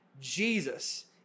Jesus